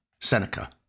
Seneca